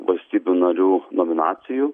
valstybių narių nominacijų